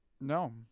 No